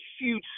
huge